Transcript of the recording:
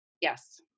yes